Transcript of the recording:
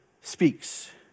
speaks